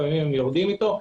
לעתים הם יורדים איתו.